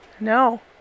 No